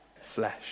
flesh